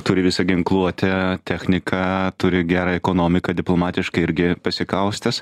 turi visą ginkluotę techniką turi gerą ekonomiką diplomatiškai irgi pasikaustęs